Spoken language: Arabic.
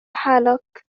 حالك